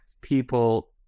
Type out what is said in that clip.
people